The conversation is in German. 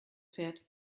fährt